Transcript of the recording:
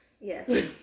Yes